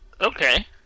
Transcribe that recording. Okay